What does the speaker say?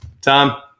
Tom